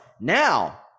Now